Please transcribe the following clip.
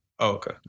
Okay